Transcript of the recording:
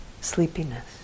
sleepiness